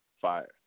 fire